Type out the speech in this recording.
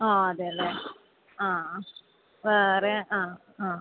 ആ അതെ അല്ലേ ആ വേറെ ആ ആ